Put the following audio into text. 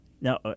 Now